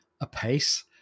apace